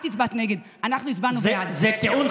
את הצבעת נגד, אנחנו הצבענו בעד.